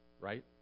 right